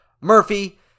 Murphy